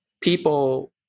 people